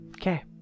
Okay